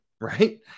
right